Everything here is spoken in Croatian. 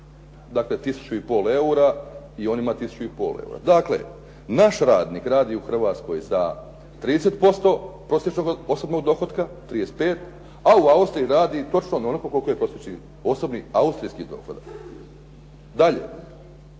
Dakle, 1 500 eura i on ima 1 500 eura. Dakle, naš radnik radi u Hrvatskoj za 30% prosječnog osobnog dohotka, 35, a u Austriji radi točno onoliko koliko je prosječni osobni austrijski dohodak. Dalje,